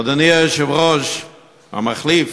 אדוני היושב-ראש המחליף,